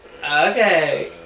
okay